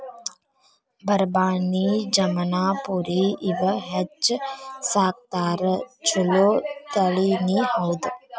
ಬರಬಾನಿ, ಜಮನಾಪುರಿ ಇವ ಹೆಚ್ಚ ಸಾಕತಾರ ಚುಲೊ ತಳಿನಿ ಹೌದ